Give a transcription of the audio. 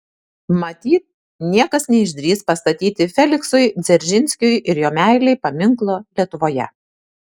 matyt niekas neišdrįs pastatyti feliksui dzeržinskiui ir jo meilei paminklo lietuvoje